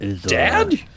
Dad